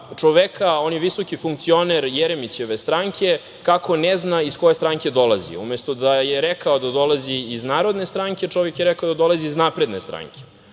čoveka, on je visoki funkcioner Jeremićeve stranke, kako ne zna iz koje stranke dolazi. Umesto da je rekao da dolazi iz Narodne stranke, čovek je rekao da dolazi iz napredne stranke.